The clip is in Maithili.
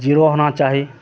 जीरो होना चाही